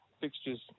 fixtures